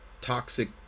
toxic